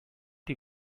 die